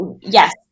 yes